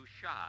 shot